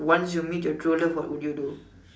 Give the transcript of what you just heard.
once you meet your true love what would you do